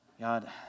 God